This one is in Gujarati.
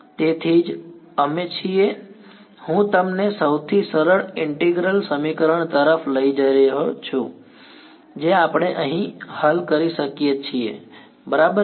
તેથી તેથી જ અમે છીએ હું તમને સૌથી સરળ ઈન્ટિગ્રલ સમીકરણ તરફ લઈ જઈ રહ્યો છું જે આપણે અહીં હલ કરી શકીએ છીએ બરાબર છે